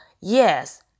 yes